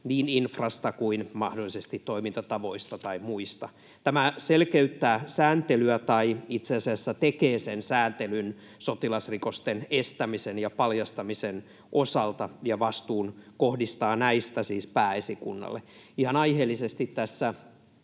niin infrasta kuin mahdollisesti toimintatavoista tai muista. Tämä selkeyttää sääntelyä, tai itse asiassa tekee sen sääntelyn sotilasrikosten estämisen ja paljastamisen osalta, ja kohdistaa vastuun näistä siis Pääesikunnalle. Ihan aiheellisesti tässä